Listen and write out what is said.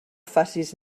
facis